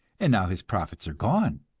and now his profits are gone,